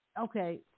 Okay